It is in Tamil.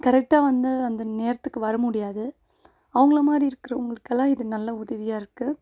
கரெக்டாக வந்து அந்த நேரத்துக்கு வர முடியாது அவங்கள மாதிரி இருக்குறவங்களுக்கு எல்லாம் இது நல்ல உதவியாக இருக்குது